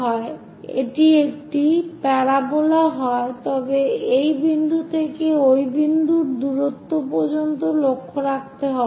যদি এটি একটি প্যারাবোলা হয় তবে এই বিন্দু থেকে ওই বিন্দুর দূরত্ব পর্যন্ত লক্ষ্য রাখতে হবে